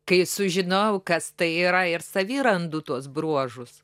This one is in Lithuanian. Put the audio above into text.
kai sužinojau kas tai yra ir savy randu tuos bruožus